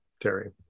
Terry